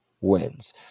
wins